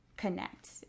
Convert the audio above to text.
Connect